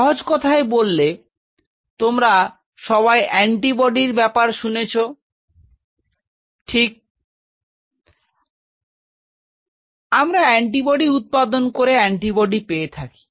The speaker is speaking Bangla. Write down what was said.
সহজ কোথায় বললে তোমরা সবাই অ্যান্টিবডির ব্যাপারে শুনেছ ঠিক আমরা অ্যান্টিবডি উৎপাদন করে অ্যান্টিবডি পেয়ে থাকি